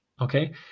Okay